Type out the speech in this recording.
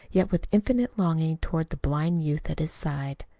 yet with infinite longing, toward the blind youth at his side.